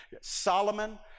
Solomon